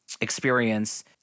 experience